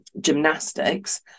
gymnastics